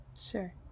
Sure